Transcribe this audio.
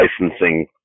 licensing